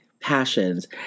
Passions